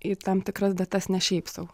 į tam tikras datas ne šiaip sau